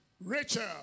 Rachel